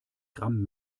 gramm